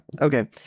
Okay